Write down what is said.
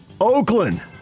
Oakland